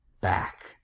back